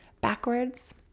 backwards